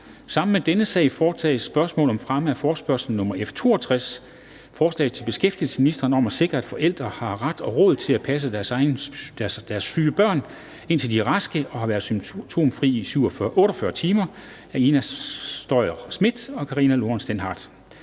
Sammen med dette punkt foretages: 3) Spørgsmål om fremme af forespørgsel nr. F 62: Forespørgsel til beskæftigelsesministeren om at sikre, at forældre har ret og råd til at passe deres syge børn, indtil de er raske og har været symptomfrie i 48 timer. Af Ina Strøjer-Schmidt (SF) og Karina Lorentzen Dehnhardt